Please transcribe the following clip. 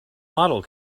model